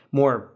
more